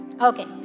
Okay